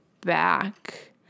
back